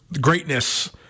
greatness